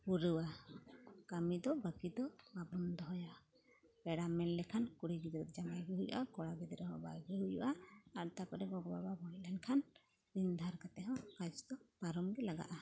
ᱯᱩᱨᱟᱹᱣᱟ ᱠᱟᱹᱢᱤ ᱫᱚ ᱵᱟᱹᱠᱤ ᱫᱚ ᱵᱟᱵᱚᱱ ᱫᱚᱦᱚᱭᱟ ᱯᱮᱲᱟ ᱢᱮᱱᱞᱮᱠᱷᱟᱱ ᱠᱩᱲᱤ ᱜᱤᱫᱽᱨᱟᱹ ᱰᱚ ᱡᱟᱶᱟᱭ ᱜᱮ ᱦᱩᱭᱩᱜᱼᱟ ᱠᱚᱲᱟ ᱜᱤᱫᱽᱨᱟᱹ ᱦᱚᱸ ᱵᱷᱟᱜᱮ ᱦᱩᱭᱩᱜᱼᱟ ᱟᱨ ᱛᱟᱯᱚᱨᱮ ᱜᱚᱜᱚ ᱵᱟᱵᱟ ᱜᱚᱡ ᱞᱮᱱᱠᱷᱟᱱ ᱨᱤᱱ ᱫᱷᱟᱨ ᱠᱟᱛᱮ ᱦᱚᱸ ᱠᱟᱡᱽ ᱫᱚ ᱯᱟᱨᱚᱢ ᱜᱮ ᱞᱟᱜᱟᱜᱼᱟ